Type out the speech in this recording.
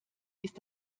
ist